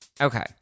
Okay